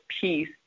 peace